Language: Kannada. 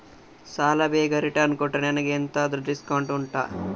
ಸಾಲ ಬೇಗ ರಿಟರ್ನ್ ಕೊಟ್ರೆ ನನಗೆ ಎಂತಾದ್ರೂ ಡಿಸ್ಕೌಂಟ್ ಉಂಟಾ